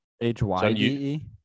H-Y-D-E